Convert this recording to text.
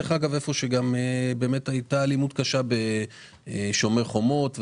איפה שהייתה אלימות קשה בשומר החומות,